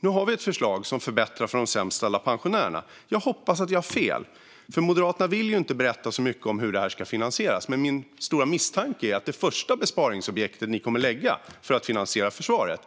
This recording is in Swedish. Nu har vi ett förslag som förbättrar för de sämst ställda pensionärerna. Jag hoppas att jag har fel, för Moderaterna vill ju inte berätta så mycket om hur det här ska finansieras. Men min stora misstanke är att det första besparingsobjekt ni kommer att lägga fram för att finansiera försvaret